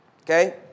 okay